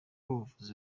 ubuvuzi